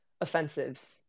offensive